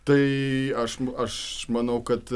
tai aš aš manau kad